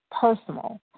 personal